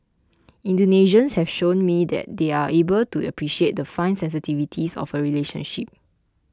Indonesians have shown me that they are able to appreciate the fine sensitivities of a relationship